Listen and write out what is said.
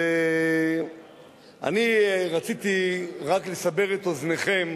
ואני רק רציתי לסבר את אוזנכם,